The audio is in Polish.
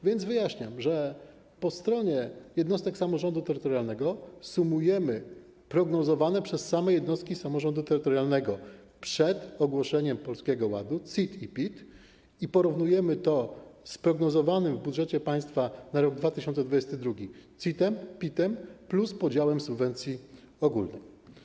Wyjaśniam, że po stronie jednostek samorządu terytorialnego sumujemy prognozowane przez jednostki samorządu terytorialnego przed ogłoszeniem Polskiego Ładu wysokości CIT i PIT i porównujemy to z prognozowanym w budżecie państwa na rok 2022 CIT i PIT oraz podziałem subwencji ogólnej.